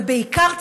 ובעיקר,